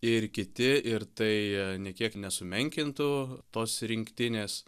ir kiti ir tai nė kiek nesumenkintų tos rinktinės